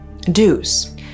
Deuce